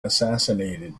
assassinated